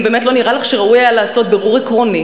האם באמת לא נראה לך שראוי היה לעשות בירור עקרוני,